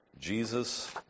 Jesus